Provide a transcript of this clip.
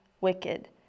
wicked